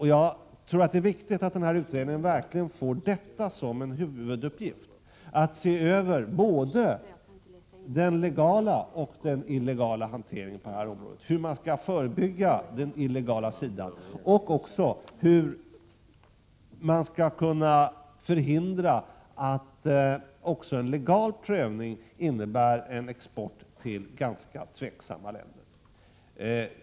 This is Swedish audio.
Det är viktigt att en huvuduppgift för utredningen blir att gå igenom både den legala och den illegala hanteringen på detta område, hur den illegala verksamheten skall kunna förebyggas och hur man skall kunna förhindra att också en legal prövning kan leda till export till ganska tveksamma länder.